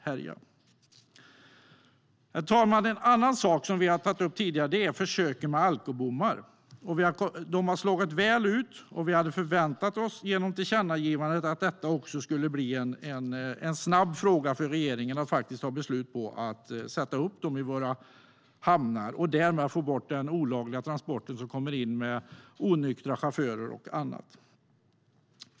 Herr talman! En annan sak som vi har tagit upp tidigare är försöken med alkobommar. De har slagit väl ut, och vi hade genom tillkännagivandet förväntat oss att detta skulle bli en snabb fråga för regeringen att besluta om att sätta upp dem i våra hamnar och därmed få bort olagliga transporter, med onyktra chaufförer och annat.